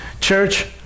Church